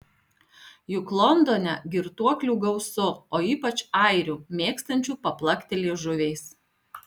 juk londone girtuoklių gausu o ypač airių mėgstančių paplakti liežuviais